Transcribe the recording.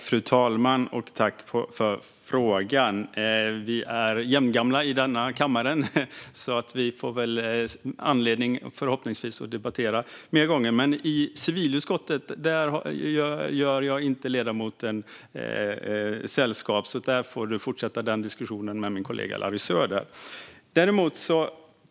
Fru talman! Jag tackar för frågan. Vi är jämngamla i denna kammare, så vi får förhoppningsvis anledning att debattera fler gånger. Men i civilutskottet gör jag inte ledamoten sällskap, så där får han fortsätta diskussionen med min kollega Larry Söder.